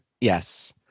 Yes